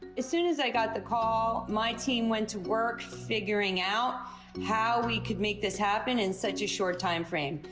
as soon as i got the call, my team went to work figuring out how we could make this happen in such a short timeframe.